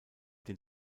den